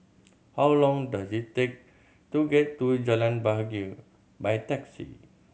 how long does it take to get to Jalan Bahagia by taxi